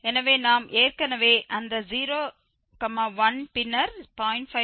எனவே நாம் ஏற்கனவே அந்த 0 1 பின்னர் 0